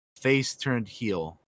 face-turned-heel